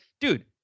dude